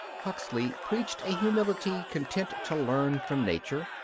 huxley preached a humility content to learn from nature.